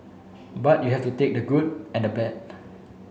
but you have to take the good and the bad